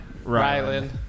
Ryland